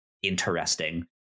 Interesting